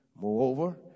Moreover